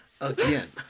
Again